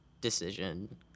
decision